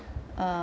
err